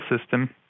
system